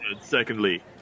secondly